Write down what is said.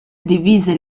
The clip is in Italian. divise